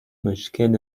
مشکل